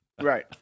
Right